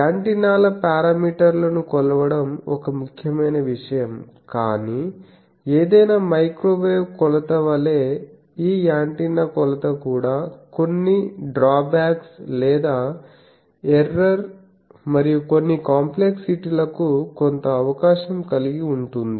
యాంటెన్నాల పారామీటర్లను కొలవడం ఒక ముఖ్యమైన విషయం కానీ ఏదైనా మైక్రోవేవ్ కొలత వలె ఈ యాంటెన్నా కొలత కూడా కొన్ని డ్రాబ్యాక్స్ లేదా ఎర్రర్ మరియు కొన్ని కాంప్లెక్సిటీ లకు కొంత అవకాశం కలిగి ఉంటుంది